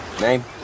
Name